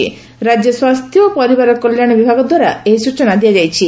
ରାକ୍ୟ ସ୍ୱାସ୍ଥ୍ୟ ଓ ପରିବାର କଲ୍ୟାଶ ବିଭାଗ ଦ୍ୱାରା ଏହି ସୂଚନା ଦିଆ ଯାଇଛି